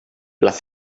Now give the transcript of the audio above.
les